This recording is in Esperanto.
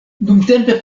dumtempe